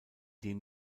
dem